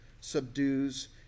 subdues